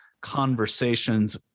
conversations